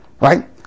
Right